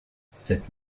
cette